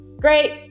great